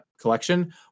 collection